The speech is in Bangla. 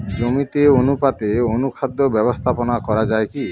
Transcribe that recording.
জমিতে অনুপাতে অনুখাদ্য ব্যবস্থাপনা করা য়ায় কি?